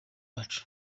bacu